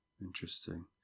Interesting